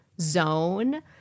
zone